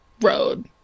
road